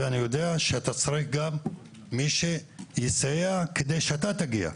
ואני יודע שאתה צריך גם מי שיסייע כדי שאתה תגיע,